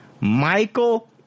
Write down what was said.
Michael